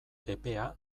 epea